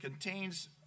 contains